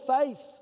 faith